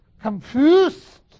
confused